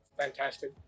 Fantastic